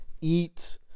eat